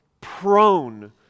prone